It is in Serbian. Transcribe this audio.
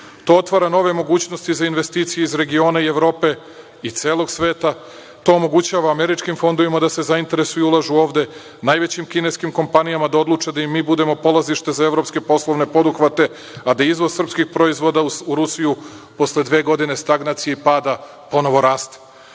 To otvara nove mogućnosti za investicije iz regiona i Evrope i celog sveta, to omogućava američkim fondovima da se zainteresuju i ulažu ovde, najvećim kineskim kompanijama da odluče da i mi budemo polazište da evropske poslovne poduhvate, a da izvoz srpskih proizvoda u Rusiju, posle dve godine stagnacije i pada ponovo raste.